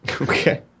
Okay